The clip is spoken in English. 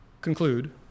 conclude